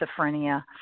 schizophrenia